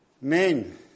Men